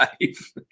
life